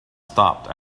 stopped